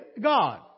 God